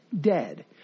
dead